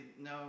no